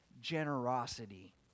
generosity